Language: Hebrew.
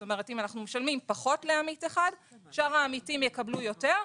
זאת אומרת אם אנחנו משלמים פחות לעמית אחד שאר העמיתים יקבלו יותר.